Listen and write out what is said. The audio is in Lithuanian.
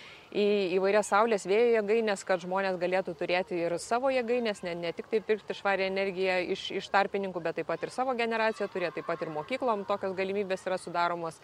į įvairias saulės vėjo jėgaines kad žmonės galėtų turėti ir savo jėgaines ne ne tiktai pirkti švarią energiją iš iš tarpininkų bet taip pat ir savo generaciją turėt taip pat ir mokyklom tokios galimybės yra sudaromos